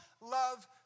love